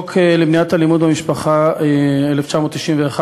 בחוק למניעת אלימות במשפחה מ-1991,